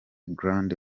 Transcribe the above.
grande